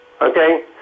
Okay